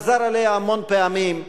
והוא חזר עליה המון פעמים.